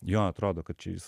jo atrodo kad čia jis